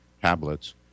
tablets